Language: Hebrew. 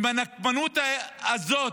עם הנקמנות הזאת,